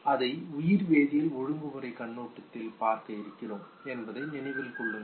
அதை உயிர் வேதியல் ஒழுங்குமுறை கண்ணோட்டத்தில் பார்க்க இருக்கிறோம் என்பதை நினைவில் கொள்ளுங்கள்